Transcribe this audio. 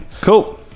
Cool